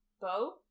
Bo